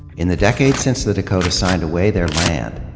in the decade since the dakota signed away their land,